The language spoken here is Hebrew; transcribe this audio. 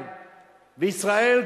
היושב-ראש.